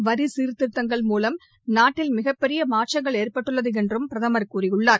வரி சீர்திருத்தங்கள் மூலம் நாட்டில் மிகப்பெரிய மாற்றங்கள் ஏற்பட்டுள்ளது என்றும் பிரதமர் கூறியுள்ளார்